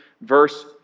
verse